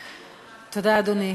תודה, אדוני.